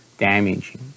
Damaging